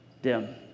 dim